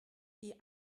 die